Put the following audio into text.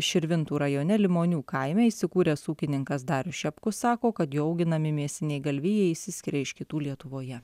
širvintų rajone limonių kaime įsikūręs ūkininkas darius šepkus sako kad jo auginami mėsiniai galvijai išsiskiria iš kitų lietuvoje